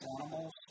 animals